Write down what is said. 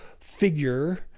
figure